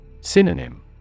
Synonym